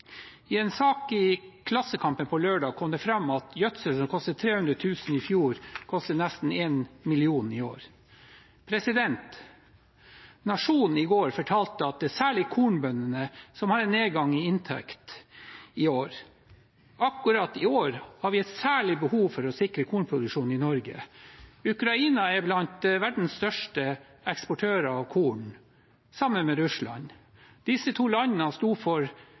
I en sak i Klassekampen på lørdag kom det fram at gjødsel som kostet 300 000 kr i fjor, koster nesten 1 mill. kr i år. Nationen i går fortalte at det er særlig kornbøndene som har en nedgang i inntekt i år. Akkurat i år har vi et særlig behov for å sikre kornproduksjonen i Norge. Ukraina er blant verdens største eksportører av korn sammen med Russland. Disse to landene sto for